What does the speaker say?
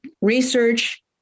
Research